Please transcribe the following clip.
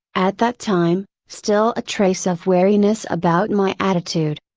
at that time, still a trace of wariness about my attitude.